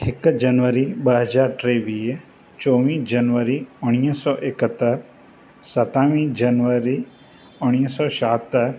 हिकु जनवरी ॿ हज़ार टेवीह चोवीह जनवरी उणिवीह सौ एकहतरि सतावीह जनवरी उणिवीह सौ छाहतरि